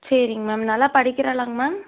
சரிங்க மேம் நல்லா படிக்கிறாலாங் மேம்